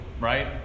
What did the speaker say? right